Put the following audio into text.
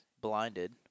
blinded